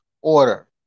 order